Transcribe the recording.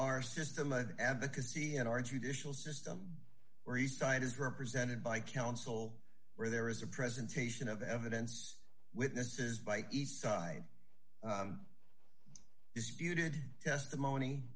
our system of advocacy in our judicial system or each side is represented by counsel where there is a presentation of evidence witnesses by each side disputed testimony